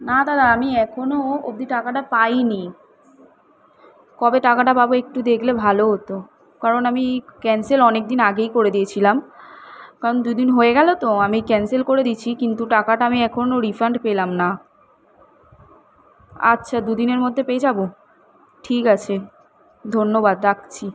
না দাদা আমি এখনো অবধি টাকাটা পাই নি কবে টাকাটা পাবো একটু দেখলে ভালো হতো কারণ আমি ক্যান্সেল অনেক দিন আগেই করে দিয়েছিলাম কারণ দু দিন হয়ে গেল তো আমি ক্যান্সেল করে দিছি কিন্তু টাকাটা আমি এখনো রিফান্ড পেলাম না আচ্ছা দু দিনের মধ্যে পেয়ে যাবো ঠিক আছে ধন্যবাদ রাখছি